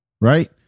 Right